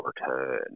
return